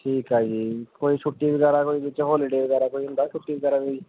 ਠੀਕ ਆ ਜੀ ਕੋਈ ਛੁੱਟੀ ਵਗੈਰਾ ਕੋਈ ਵਿੱਚ ਹੋਲੀਡੇਅ ਵਗੈਰਾ ਕੋਈ ਹੁੰਦਾ ਛੁੱਟੀ ਵਗੈਰਾ ਕੋਈ